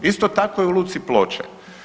Isto tako i u Luci Ploče.